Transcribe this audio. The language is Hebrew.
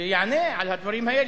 שיענה על הדברים האלה.